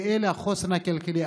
כי זה החוסן הכלכלי,